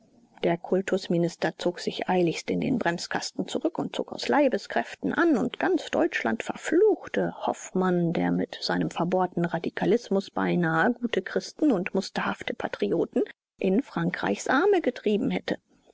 der kultusminister zog sich eiligst in den bremskasten zurück und zog aus leibeskräften an und ganz deutschland verfluchte hoffmann der mit seinem verbohrten radikalismus beinahe gute christen und musterhafte patrioten in frankreichs arme getrieben hätte